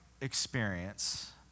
experience